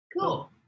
Cool